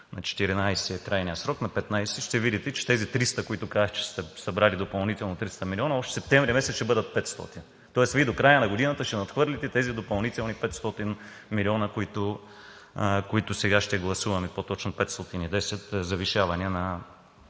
на 14-и е крайният срок, на 15-и ще видите, че тези 300, които казахте, че сте събрали допълнително – 300 милиона, още месец септември ще бъдат 500. Тоест Вие до края на годината ще надхвърлите тези допълнителни 500 милиона, които сега ще гласуваме, по-точно 510 завишаване на